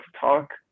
talk